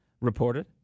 reported